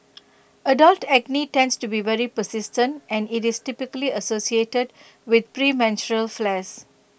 adult acne tends to be very persistent and IT is typically associated with premenstrual flares